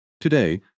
Today